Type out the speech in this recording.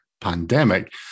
pandemic